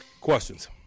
questions